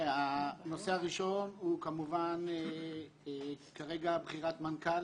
הנושא הראשון כרגע הוא כמובן בחירת מנכ"ל